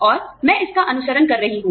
और मैं इसका अनुसरण कर रही हूं